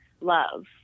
love